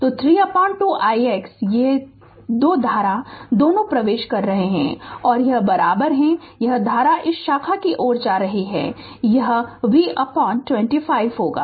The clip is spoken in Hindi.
तो 3 2 ix ये 2 धारा दोनों प्रवेश कर रहे हैं और यह धारा इस शाखा को जा रही है यह V25 होगा